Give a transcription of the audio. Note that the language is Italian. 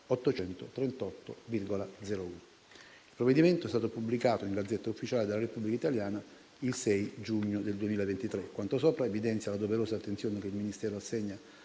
12.838,01. Il provvedimento è stato pubblicato in *Gazzetta Ufficiale* della Repubblica italiana il 6 giugno del 2023. Quanto sopra evidenzia la doverosa attenzione che il Ministero assegna